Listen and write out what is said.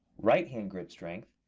right hand grip strength,